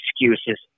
excuses